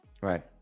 Right